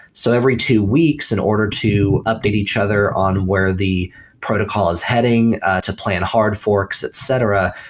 so every two weeks, in order to update each other on where the protocol is heading to plan hard forks, etc,